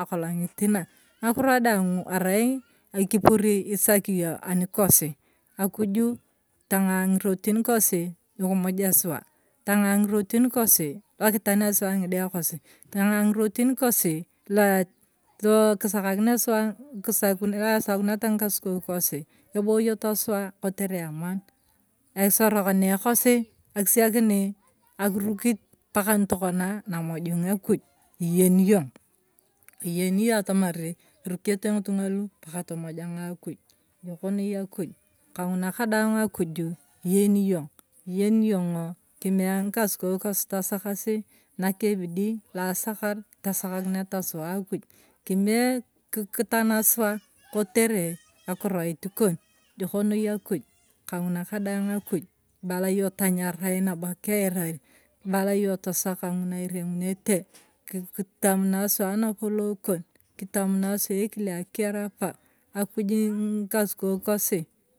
akolong’it na, ng’akiro daang arai ekipori isaki yong anikosi, akujo tang’aa ng’irotin kosi nikimuja suwa, tang’aa ng’irotin kosi, lukitani suwa ng’ide kosi, tang’aa ngirotin kosi lua luakisakakinia suwa luaesakunetia ng’ikasukou kosi, eboyoto suwa kotero amaan, esorokane kosi akisekini akirokit paka nitokona namojona akuj iyeni yong, iyeni yong atamari irukete ng’itong’a lo paka tomojong’a akoj, ejoke noi akuj kang’ona kadaang akuju igeni yong, iyeni yong’o tanea ng’ikasukou kosi, akisekini akirukit paka nitokona namojona akuj iyeni yong, iyeni yong atamari irukete ng’itung’a lo paka tomojong’a akoj, ejoke noi akuj kang’ona kadaang akuju iyeni yong, iyeni yong’o tamea ng’ikasukou kosi tasakasi, naki ebidi la asakar kitasaka kiniata sana akuj, kimie kitana suwa kotere akiroi kon ejok noi tanyarai nabo kiirari ibala yong taraka ng’una iyany’onete kii kitamonai suwa anapolou ng’ngikasukou kosi.